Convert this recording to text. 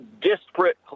disparate